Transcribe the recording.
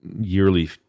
yearly